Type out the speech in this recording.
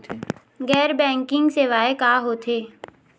गैर बैंकिंग सेवाएं का होथे?